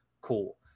cool